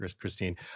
Christine